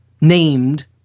named